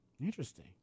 Interesting